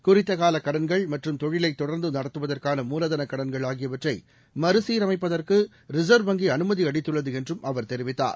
குறித்தகால கடன்கள் மற்றும் தொழிலைத் தொடர்ந்து நடத்துவதற்கான மூலதனக் கடன்கள் ஆகியவற்றை மறுசீரமைப்பதற்கு ரிசர்வ் வங்கி அனுமதியளித்துள்ளது என்றும் அவர் தெரிவித்தார்